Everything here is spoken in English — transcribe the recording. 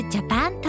Japan